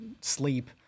sleep